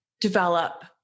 develop